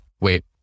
Wait